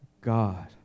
God